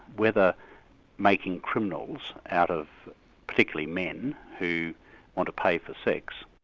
whether making criminals out of particularly men, who want to pay for sex,